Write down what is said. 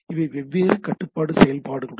இவை வெவ்வேறு கட்டுப்பாட்டு செயல்பாடு ஆகும்